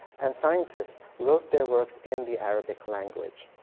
and scientists wrote their works in the arabic language.